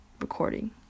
recording